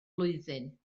blwyddyn